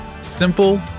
Simple